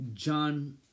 John